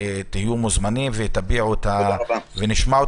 תהיו מוזמנים ונשמע אתכם.